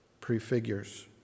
prefigures